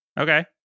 Okay